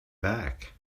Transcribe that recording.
back